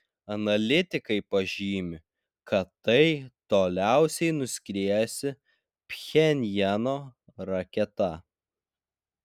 analitikai pažymi kad tai toliausiai nuskriejusi pchenjano raketa